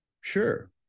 Sure